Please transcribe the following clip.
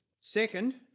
second